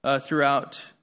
throughout